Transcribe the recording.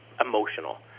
emotional